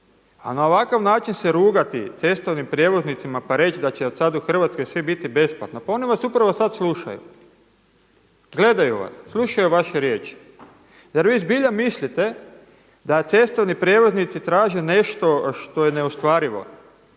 A na ovakav način se rugati cestovnim prijevoznicima pa reći da će od sada u Hrvatskoj sve biti besplatno, pa oni vas upravo sada slučaju, gledaju vas, slušaju vaše riječi. Zar vi zbilja mislite da cestovni prijevoznici traže nešto što je neostvarivo?